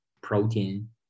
protein